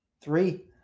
Three